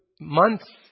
months